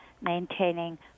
maintaining